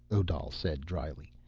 odal said dryly,